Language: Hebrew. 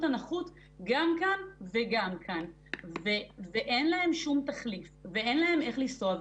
הנחות גם כאן וגם כאן ואין להם שום תחליף ואין להם אין לנסוע,